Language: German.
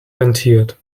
rentiert